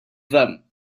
them